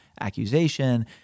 accusation